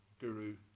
guru